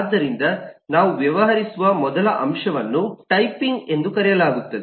ಆದ್ದರಿಂದ ನಾವು ವ್ಯವಹರಿಸುವ ಮೊದಲ ಅಂಶವನ್ನು ಟೈಪಿಂಗ್ ಎಂದು ಕರೆಯಲಾಗುತ್ತದೆ